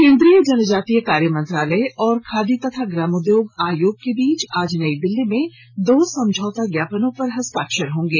केंद्रीय जनजातीय कार्य मंत्रालय और खादी एवं ग्रामोद्योग आयोग के बीच आज नई दिल्ली में दो समझौता ज्ञापनों पर हस्ताक्षर होंगे